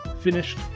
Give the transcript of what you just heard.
finished